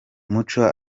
muco